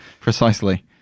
precisely